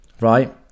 right